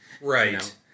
right